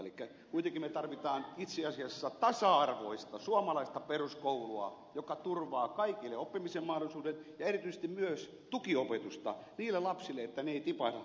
elikkä kuitenkin me tarvitsemme itse asiassa tasa arvoista suomalaista peruskoulua joka turvaa kaikille oppimisen mahdollisuuden ja erityisesti myös tukiopetusta niille lapsille niin että he eivät tipahda